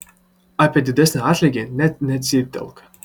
apie didesnį atlygį nė necyptelėk